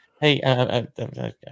hey